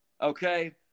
okay